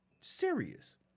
serious